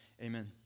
amen